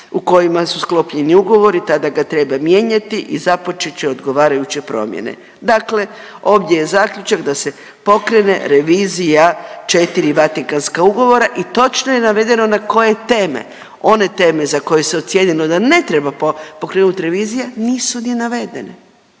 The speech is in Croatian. u kojima su sklopljeni ugovori, tada ga treba mijenjati i započet će odgovarajuće promjene. Dakle ovdje je zaključak da se pokrene revizija 4 vatikanska ugovora i točno je navedeno na koje teme. One teme za koje se ocjenjeno da ne treba pokrenuti revizija nisu ni navedene.